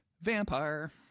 Vampire